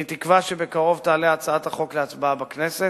אני מקווה שבקרוב תעלה הצעת החוק להצבעה בכנסת,